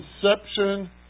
conception